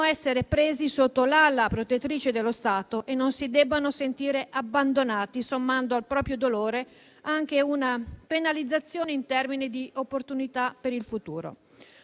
essere presi sotto l'ala protettrice dello Stato e non si debbano sentire abbandonati, sommando al proprio dolore anche una penalizzazione in termini di opportunità per il futuro.